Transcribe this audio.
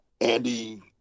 Andy